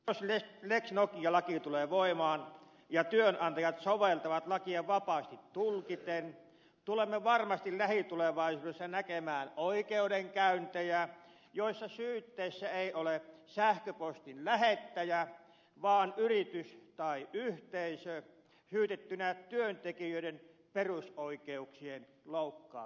jos lex nokia laki tulee voimaan ja työnantajat soveltavat lakia vapaasti tulkiten tulemme varmasti lähitulevaisuudessa näkemään oikeudenkäyntejä joissa syytteessä ei ole sähköpostin lähettäjä vaan yritys tai yhteisö syytettynä työntekijöiden perusoikeuksien loukkaamisesta